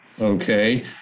okay